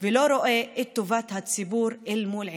ולא רואה את טובת הציבור אל מול עיניו.